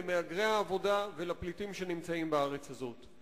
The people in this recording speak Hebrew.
למהגרי העבודה ולפליטים שנמצאים בארץ הזאת.